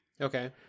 Okay